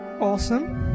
Awesome